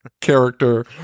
character